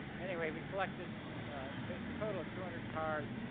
anyway, we collected a total of two hundred cars.